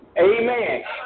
Amen